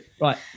Right